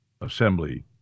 assembly